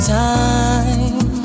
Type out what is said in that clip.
time